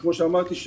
כמו שאמרתי,